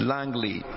Langley